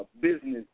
business